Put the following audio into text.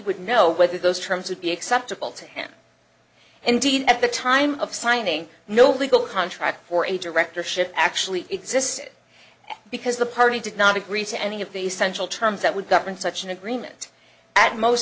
would know whether those terms would be acceptable to him indeed at the time of signing no legal contract for a directorship actually existed because the party did not agree to any of the essential terms that would govern such an agreement at most